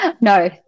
no